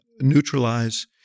neutralize